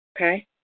Okay